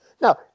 Now